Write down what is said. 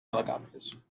helicopters